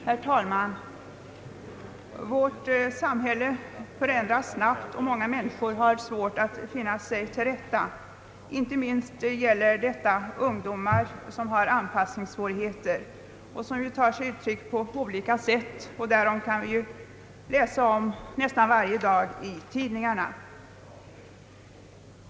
Herr talman! Vårt samhälle förändras snabbt och många människor har svårigheter att finna sig till rätta. Inte minst gäller detta ungdomar som har anpassningssvårigheter. Dessa svårigheter tar sig uttryck på olika sätt; därom kan vi läsa nästan varje dag i tidningarna.